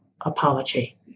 apology